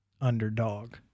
Underdog